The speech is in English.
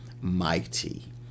mighty